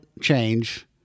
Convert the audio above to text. change